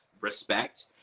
respect